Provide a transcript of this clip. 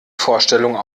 vorstellung